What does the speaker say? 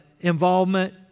involvement